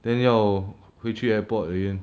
then 要回去 airport again